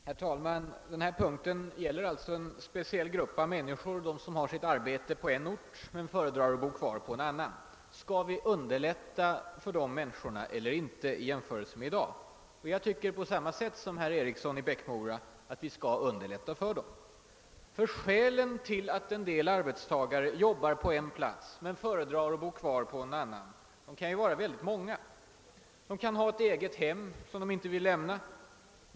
Herr talman! Denna punkt gäller en speciell grupp av människor: de som har sitt arbete på en ort men föredrar att bo kvar på en annan. Skall vi underlätta för dem eller inte? Jag tycker liksom herr Eriksson i Bäckmora att vi skall underlätta för dem. Skälen till att en del arbetstagare är sysselsatta på en plats men föredrar att bo kvar på en annan kan vara många. De kan ha ett egethem som de inte vill lämna.